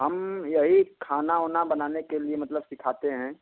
हम यही खाना वाना बनाने के लिए मतलब सिखाते हैं